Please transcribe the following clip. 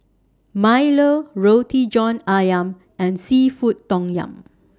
Milo Roti John Ayam and Seafood Tom Yum